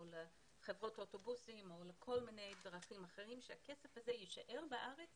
או לחברות האוטובוסים וכולי וכי הכסף הזה יישאר בארץ